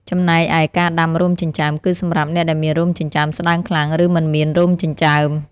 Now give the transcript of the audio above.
ចំណែកឯ ការដាំរោមចិញ្ចើម គឺសម្រាប់អ្នកដែលមានរោមចិញ្ចើមស្តើងខ្លាំង ឬមិនមានរោមចិញ្ចើម។